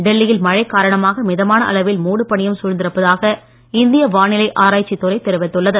டெல்லியில் மழை காரணமாக மிதமான அளவில் மூடு பனியும் சூழ்ந்திருப்பதாக இந்திய வானிலை ஆராய்ச்சித் துறை தெரிவித்துள்ளது